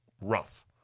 rough